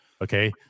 Okay